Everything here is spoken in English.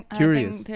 curious